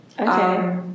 Okay